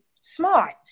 smart